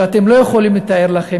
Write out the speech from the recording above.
שאתם לא יכולים לתאר לכם,